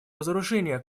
разоружения